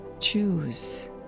Choose